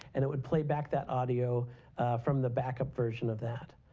and it would play back that audio from the backup version of that.